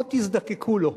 עוד תזדקקו לו.